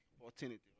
opportunity